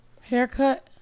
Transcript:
haircut